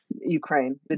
Ukraine